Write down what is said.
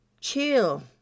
chill